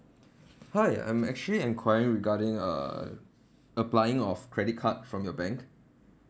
hi I'm actually enquire regarding uh applying of credit card from your bank